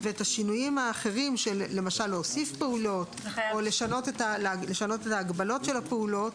להגביל ולשנות הרשאה אישית.